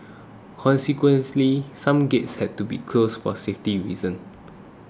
consequently some gates had to be closed for safety reasons